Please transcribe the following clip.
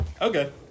Okay